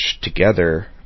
together